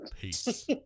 Peace